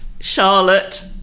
Charlotte